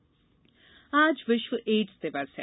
ads दिवस आज विश्व एड्स दिवस है